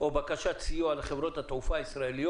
שפעלו חברות התעופה,